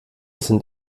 sind